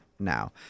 now